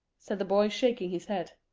said the boy, shaking his head.